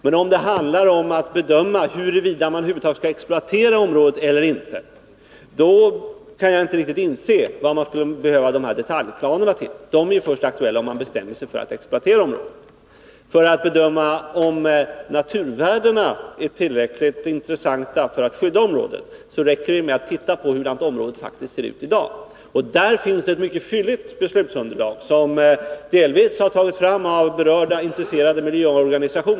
Men om det handlar om att bedöma huruvida man över huvud taget skall exploatera området eller inte, kan jag inte riktigt inse vad man skulle behöva de här detaljplanerna till. De är ju aktuella först om man bestämmer sig för att exploatera området. För att bedöma om naturvärdena är tillräckligt intressanta för att området skall skyddas räcker det med att titta på hur området faktiskt ser ut i dag. Det finns ett mycket fylligt beslutsunderlag, som delvis har tagits fram av berörda intresserade miljöorganisationer.